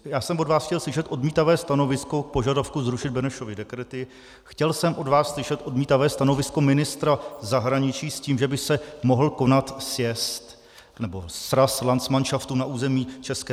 Já jsem od vás chtěl slyšet odmítavé stanovisko k požadavku zrušit Benešovy dekrety, chtěl jsem od vás slyšet odmítavé stanovisko ministra zahraničí s tím, že by se mohl konat sjezd nebo sraz landsmanšaftu na území ČR.